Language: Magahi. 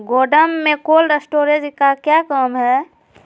गोडम में कोल्ड स्टोरेज का क्या काम है?